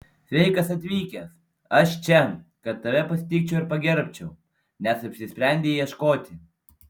sveikas atvykęs aš čia kad tave pasitikčiau ir pagerbčiau nes apsisprendei ieškoti